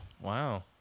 Wow